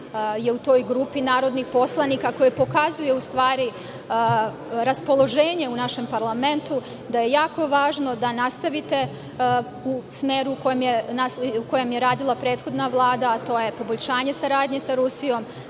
je u toj grupinarodnih poslanika, koja pokazuje raspoloženje u našem Parlamentu, da je jako važno da nastavite u smeru u kojem je radila prethodna Vlada, a to je poboljšanje saradnje sa Rusijom,